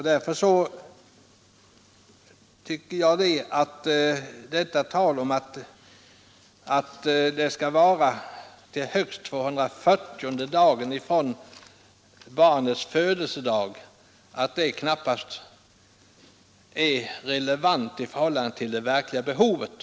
Därför tycker jag att detta tal om att föräldrapenning skall utgå längst intill den 240:e dagen efter barnets födelse knappast är relevant i förhållande till det verkliga behovet.